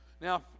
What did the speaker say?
Now